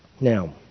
Now